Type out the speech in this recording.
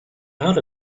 out